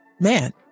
man